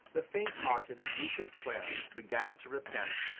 the fainthearted duke of clarence began to repent,